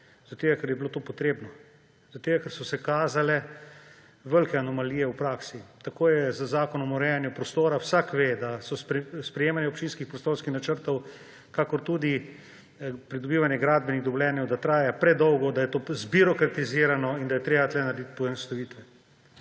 ureditve, ker je bilo to potrebno, ker so se kazale velike anomalije v praksi. Tako je z Zakonom o urejanju prostora. Vsak ve, da sprejemanje občinskih prostorskih načrtov kakor tudi pridobivanje gradbenih dovoljenj traja predolgo, da je to zbirokratizirano in da je tukaj treba narediti poenostavitve.